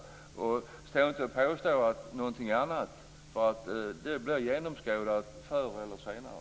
Påstå inte någonting annat, för det blir genomskådat förr eller senare.